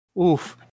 oof